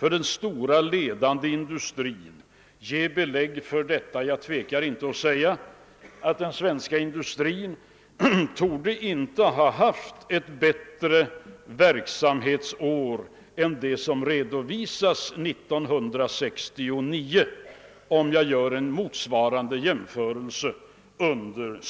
den stora och ledande industrin får man belägg för detta. Jag tvekar inte säga att den svenska industrin under 1960-talet inte torde ha haft ett bättre verksamhetsår än det som redovisats för 1969. Att man har pengar och får.